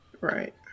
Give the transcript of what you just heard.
Right